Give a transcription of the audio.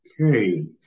Okay